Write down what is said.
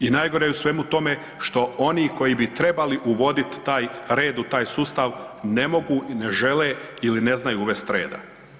I najgore u svemu tome što oni koji bi trebali uvoditi taj red u taj sustav ne mogu i ne žele ili ne znaju uvesti reda.